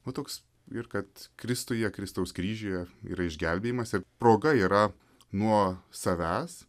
nu toks ir kad kristuje kristaus kryžiuje yra išgelbėjimas ir proga yra nuo savęs